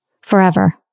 forever